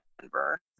Denver